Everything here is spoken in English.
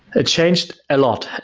it changed a lot,